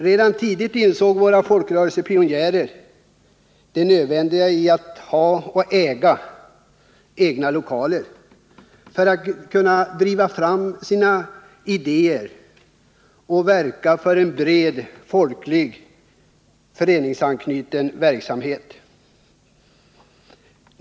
Redan tidigt insåg våra folkrörelsepionjärer det nödvändiga i att ha egna lokaler för att kunna driva fram sina idéer och verka för en bred, fokligt anknuten föreningsverksamhet.